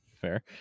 Fair